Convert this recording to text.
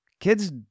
Kids